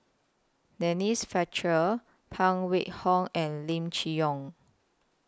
Denise Fletcher Phan Wait Hong and Lim Chee Onn